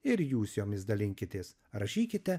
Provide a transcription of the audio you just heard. ir jūs jomis dalinkitės rašykite